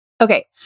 Okay